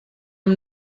amb